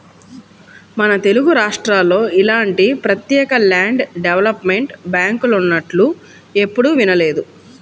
మన తెలుగురాష్ట్రాల్లో ఇలాంటి ప్రత్యేక ల్యాండ్ డెవలప్మెంట్ బ్యాంకులున్నట్లు ఎప్పుడూ వినలేదు